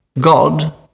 God